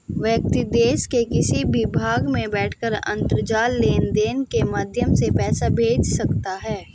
व्यक्ति देश के किसी भी भाग में बैठकर अंतरजाल लेनदेन के माध्यम से पैसा भेज सकता है